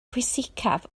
pwysicaf